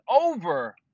over